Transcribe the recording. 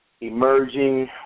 emerging